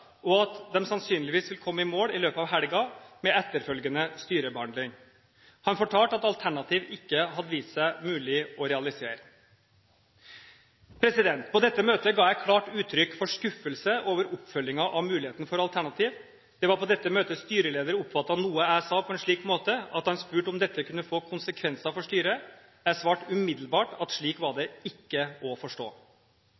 og at de sannsynligvis ville komme i mål i løpet av helgen, med etterfølgende styrebehandling. Han fortalte at alternativ ikke hadde vist seg mulig å realisere. På dette møtet ga jeg klart uttrykk for skuffelse over oppfølgingen av muligheten for alternativ. Det var på dette møtet styreleder oppfattet noe jeg sa på en slik måte at han spurte om dette kunne få konsekvenser for styret. Jeg svarte umiddelbart at slik var